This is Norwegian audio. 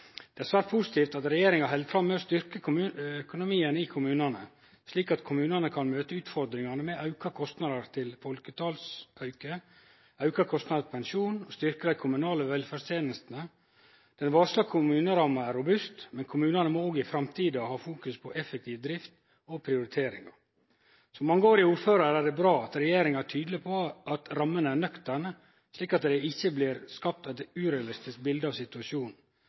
Det er svært positivt at regjeringa held fram med å styrkje økonomien i kommunane, slik at kommunane kan møte utfordringane med auka kostnader til folketalsauka, auka kostnader til pensjon, og styrkje dei kommunale velferdstenestene. Den varsla kommuneramma er robust, men kommunane må òg i framtida fokusere på effektiv drift og prioriteringar. Som mangeårig ordførar meiner eg det er bra at regjeringa er tydeleg på at rammene er nøkterne, slik at det ikkje blir skapt eit urealistisk bilde av situasjonen.